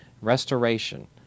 restoration